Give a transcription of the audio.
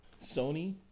Sony